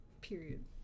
Period